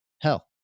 hell